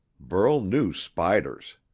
burl knew spiders!